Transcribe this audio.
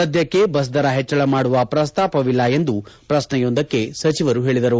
ಸದ್ಯಕ್ಕೆ ಬಸ್ದರ ಹೆಚ್ಚಳ ಮಾಡುವ ಪ್ರಸ್ತಾಪವಿಲ್ಲ ಎಂದು ಪ್ರಶ್ನೆಯೊಂದಕ್ಕೆ ಸಚಿವರು ಹೇಳಿದರು